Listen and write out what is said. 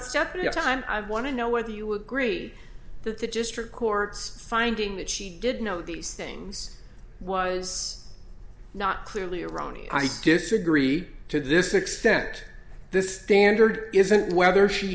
step at a time i want to know whether you agree that the district courts finding that she did know these things was not clearly erroneous i disagree to this extent this standard isn't whether she